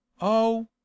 Oh